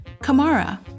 Kamara